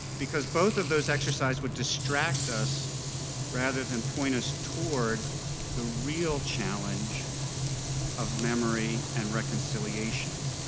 because both of those exercise would distract us rather than point us toward the real challenge of memory and reconciliation,